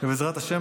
ובעזרת השם,